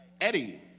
Eddie